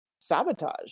sabotage